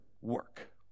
work